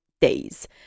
days